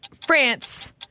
France